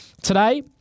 Today